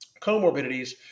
comorbidities